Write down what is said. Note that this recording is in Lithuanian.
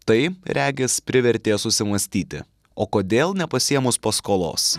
tai regis privertė susimąstyti o kodėl nepasiėmus paskolos